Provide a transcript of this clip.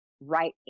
right